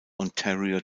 ontario